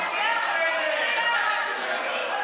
מי את חושבת שאת, מי את חושבת שאת?